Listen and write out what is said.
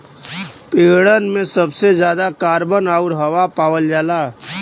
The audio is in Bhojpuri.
पेड़न में सबसे जादा कार्बन आउर हवा पावल जाला